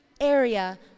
area